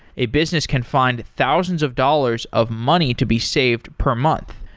a business can find thousands of dollars of money to be saved per month.